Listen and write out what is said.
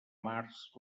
març